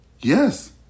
Yes